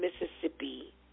Mississippi